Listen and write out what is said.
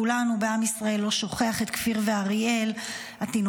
כולנו בעם ישראל לא שוכחים את כפיר ואריאל התינוקות,